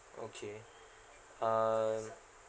okay uh